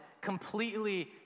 completely